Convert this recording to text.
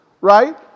right